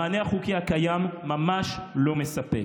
המענה החוקי הקיים ממש לא מספק.